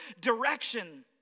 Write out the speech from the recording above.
direction